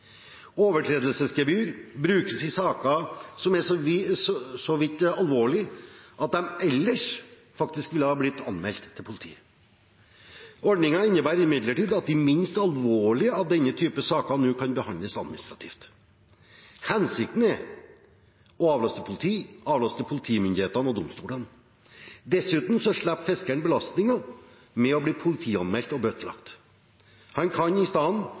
Overtredelsesgebyr brukes i saker som er så vidt alvorlige at de ellers ville blitt anmeldt til politiet. Ordningen innebærer imidlertid at de minst alvorlige av denne typen saker nå kan behandles administrativt. Hensikten er å avlaste politi, politimyndighet og domstoler. Dessuten slipper fiskeren belastningen med å bli politianmeldt og bøtelagt. Han kan i